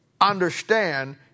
understand